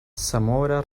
zamora